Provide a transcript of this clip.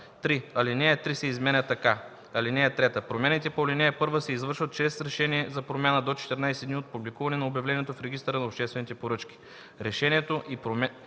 3. Алинея 3 се изменя така: „(3) Промените по ал. 1 се извършват чрез решение за промяна до 14 дни от публикуването на обявлението в Регистъра на обществените поръчки.